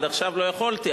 עד עכשיו לא יכולתי,